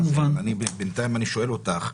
בינתיים אני שואל אותך.